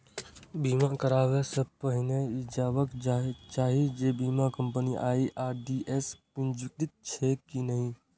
बीमा कराबै सं पहिने ई जांचबाक चाही जे बीमा कंपनी आई.आर.डी.ए सं पंजीकृत छैक की नहि